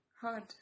hard